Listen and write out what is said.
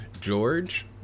George